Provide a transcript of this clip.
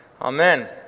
Amen